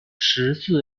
十字